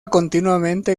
continuamente